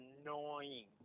annoying